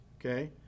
Okay